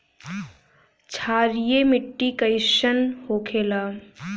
क्षारीय मिट्टी कइसन होखेला?